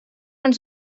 ens